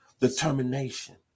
determination